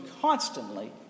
constantly